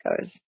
goes